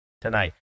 tonight